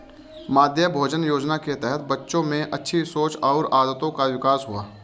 मध्याह्न भोजन योजना के तहत बच्चों में अच्छी सोच और आदतों का विकास हुआ